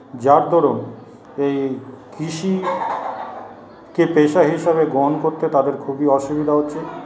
যার দরুণ এই কৃষিকে পেশা হিসাবে গ্রহণ করতে তাদের খুবই অসুবিধা হচ্ছে